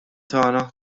tagħna